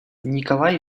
николай